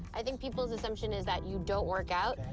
i think people's assumption is that you don't work out.